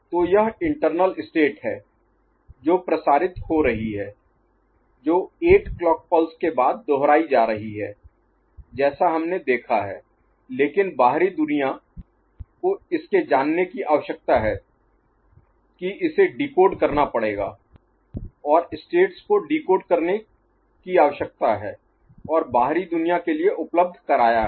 तो यह internal state हैं जो प्रसारित हो रही हैं जो 8 क्लॉक पल्स के बाद दोहराई जा रही हैं जैसा हमने देखा है लेकिन बाहरी दुनिया को इसके जानने की आवश्यकता है कि इसे डिकोड करना पड़ेगा और स्टेट्स को डीकोड करने की आवश्यकता है और बाहरी दुनिया के लिए उपलब्ध कराया है